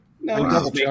No